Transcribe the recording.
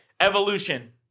Evolution